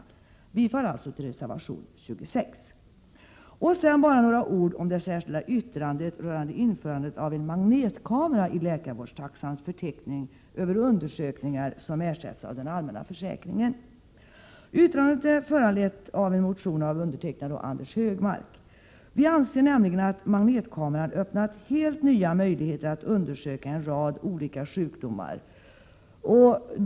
Jag yrkar bifall till reservation 26. Sedan bara några ord om det särskilda yttrandet rörande införandet av behandling med magnetkamera i läkarvårdstaxans förteckning över undersökningar som ersätts av den allmänna försäkringen. Yttrandet är föranlett av en motion av undertecknad och Anders G Högmark. Vi anser att magnetkameran har öppnat helt nya möjligheter att undersöka en rad olika sjukdomar.